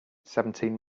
seventeen